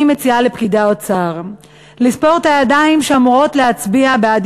אני מציעה לפקידי האוצר לספור את הידיים שאמורות להצביע בעד